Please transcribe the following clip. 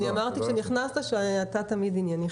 אני אמרתי כשנכנסת שאתה תמיד ענייני,